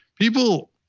people